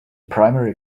primary